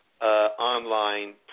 online